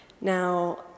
Now